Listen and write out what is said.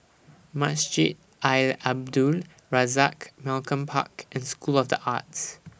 Masjid Al Abdul Razak Malcolm Park and School of The Arts